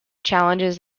challenges